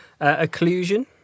Occlusion